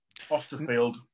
Osterfield